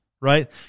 right